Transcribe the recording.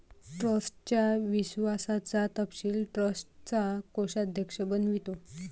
ट्रस्टच्या विश्वासाचा तपशील ट्रस्टचा कोषाध्यक्ष बनवितो